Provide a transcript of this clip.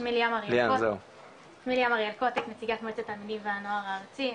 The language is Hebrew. שמי ליאם אריאל קוטק נציגת מועצת התלמידים והנוער הארצית,